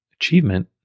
achievement